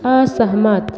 असहमत